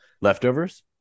leftovers